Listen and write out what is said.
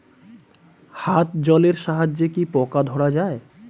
হাত জলের সাহায্যে কি পোকা ধরা যায়?